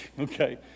Okay